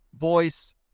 voice